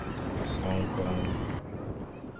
Hong Kong